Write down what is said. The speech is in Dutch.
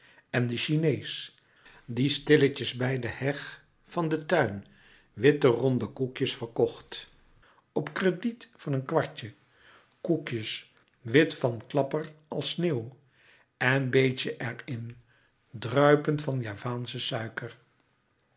en de chinees die louis couperus metamorfoze stilletjes bij de heg van den tuin witte ronde koekjes verkocht op krediet van een kwartje koekjes wit van klapper als sneeuw en beet je er in druipend van javaanschen suiker